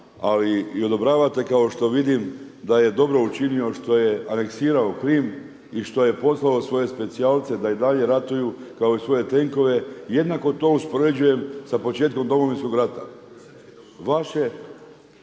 ali i odobravate kao što vidim da je dobro učinio što je aneksirao Krim i što je poslao svoje specijalce da i dalje ratuju kao i svoje tenkove. Jednako to uspoređujem sa početkom Domovinskog rata.